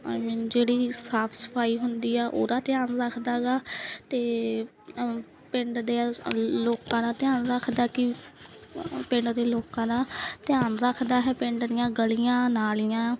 ਆਈ mean ਜਿਹੜੀ ਸਾਫ਼ ਸਫਾਈ ਹੁੰਦੀ ਆ ਉਹਦਾ ਧਿਆਨ ਰੱਖਦਾ ਗਾ ਅਤੇ ਪਿੰਡ ਦੇ ਲੋਕਾਂ ਦਾ ਧਿਆਨ ਰੱਖਦਾ ਕਿ ਪਿੰਡ ਦੇ ਲੋਕਾਂ ਦਾ ਧਿਆਨ ਰੱਖਦਾ ਹੈ ਪਿੰਡ ਦੀਆਂ ਗਲੀਆਂ ਨਾਲੀਆਂ